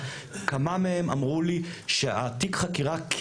כמה מהם אמרו לי שהתיק חקירה,